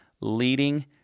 leading